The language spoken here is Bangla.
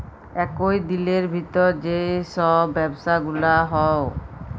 একই দিলের ভিতর যেই সব ব্যবসা গুলা হউ